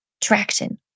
traction